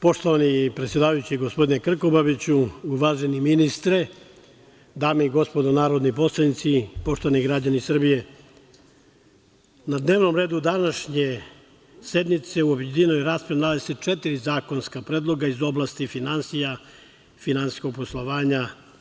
Poštovani predsedavajući, gospodine Krkobabiću, uvaženi ministre, dame i gospodo narodi poslanici, poštovani građani Srbije, na dnevnom redu današnje sednice u objedinjenoj raspravi nalazi se četiri zakonska predloga iz oblasti finansija, finansijskog poslovanja.